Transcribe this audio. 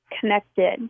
connected